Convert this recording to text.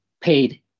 paid